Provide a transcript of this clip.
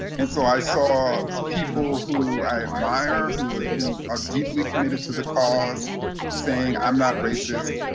and so, i saw people who i admire, who who are deeply committed to the cause saying i'm not racist,